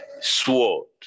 sword